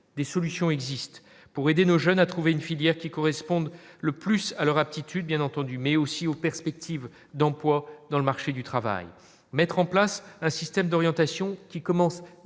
des solutions existent pour aider nos jeunes à trouver une filière qui correspondent le plus à leur attitude, bien entendu, mais aussi aux perspectives d'emploi dans le marché du travail, mettre en place un système d'orientation qui commence